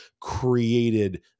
created